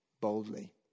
boldly